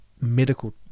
medical